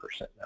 now